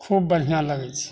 खूब बढ़िआँ लगै छै